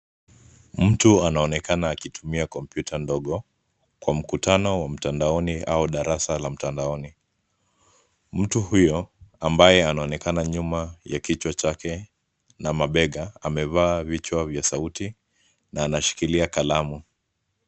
Mtu anaonekana akitumia kompyuta ndogo kwa mkutano wa mtandaoni au darasa la mtandaoni. Mtu huyo ambaye anaonekana nyuma ya kichwa chake na mabega, amevaa vichwa vya sauti na anashikilia kalamu.